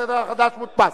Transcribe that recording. הסדר החדש מודפס.